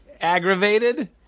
Aggravated